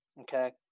okay